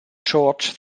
george